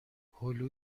هلو